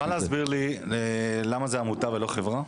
אתה מוכן להסביר לי למה זה עמותה ולא חברה?